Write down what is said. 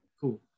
cool